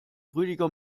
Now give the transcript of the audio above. rüdiger